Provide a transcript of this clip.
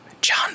John